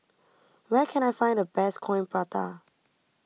where can I find the best Coin Prata